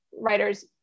writers